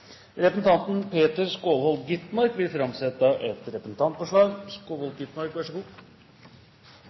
Representanten Peter Skovholt Gitmark vil framsette et representantforslag.